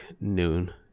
noon